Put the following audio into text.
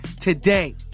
today